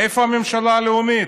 איפה הממשלה הלאומית?